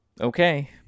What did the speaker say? okay